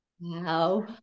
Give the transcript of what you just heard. wow